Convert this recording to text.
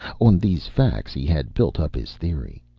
on these facts he had built up his theory.